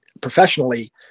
professionally